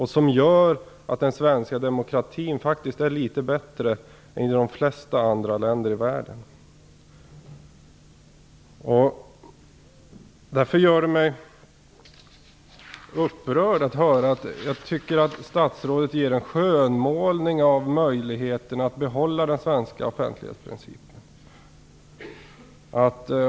Den gör att den svenska demokratin faktiskt är litet bättre än i de flesta andra länder i världen. Jag tycker att statsrådet gör en skönmålning av möjligheten att behålla den svenska offentlighetsprincipen. Det gör mig upprörd.